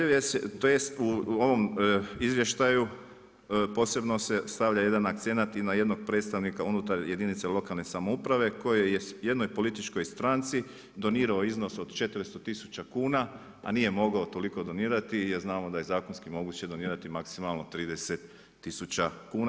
U ovom izvještaju, posebno se stavlja jedan akcenat i na jednoj predstavnika unutar jedinica lokalne samouprave kojoj je jednoj političkoj stranci, donirao iznos od 400000 kuna, a nije mogao toliko donirati, jer znamo da je zakonski moguće donirati maksimalno 30000 kuna.